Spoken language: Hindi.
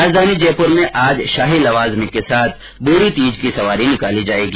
राजधानी जयपुर में आज शाही लवाजमे के साथ बूढ़ी तीज की सवारी निकाली जाएगी